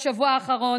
בשבוע האחרון,